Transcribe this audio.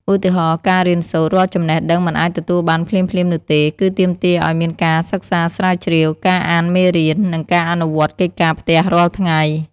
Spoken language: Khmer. ឧទាហរណ៍ ការរៀនសូត្រ រាល់ចំណេះដឹងមិនអាចទទួលបានភ្លាមៗនោះទេ គឺទាមទារឱ្យមានការសិក្សាស្រាវជ្រាវ ការអានមេរៀន និងការអនុវត្តកិច្ចការផ្ទះរាល់ថ្ងៃ។